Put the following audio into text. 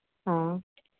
ओ